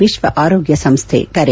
ವಿಶ್ವ ಆರೋಗ್ಯ ಸಂಸ್ಥೆ ಕರೆ